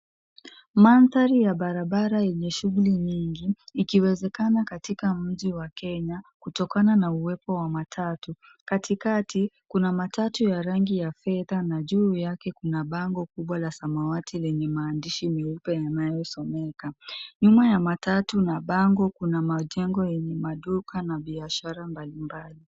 Mandhari ya barabara yenye shughuli nyingi ikiwezekana katika mji wa Kenya kutokana na uwepo wa matatu. Katikati, kuna matatu ya rangi ya fedha na juu yake kuna bango kubwa la samawati lenye maandishi meupe yanayosomeka. Nyuma ya matatu na bango kuna majengo yenye maduka na biashara mbalimbali.